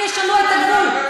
אם ישנו את הגבול?